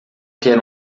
quer